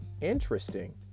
interesting